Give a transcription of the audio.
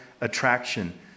attraction